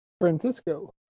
Francisco